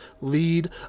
lead